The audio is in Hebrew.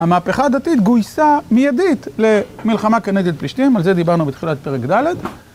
המהפכה הדתית גויסה מיידית למלחמה כנגד פלישתים, על זה דיברנו בתחילת פרק ד'